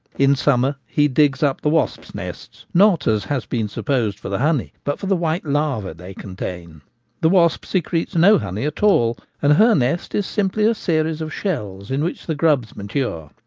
in summer he digs up the wasps' nests, not, as has been supposed, for the honey, but for the white larvae they contain the wasp secretes no honey at all, and her nest is simply a series of cells in which the grubs mature.